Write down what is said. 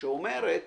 שאומרת